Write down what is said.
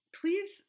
please